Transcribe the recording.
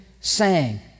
sang